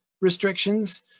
restrictions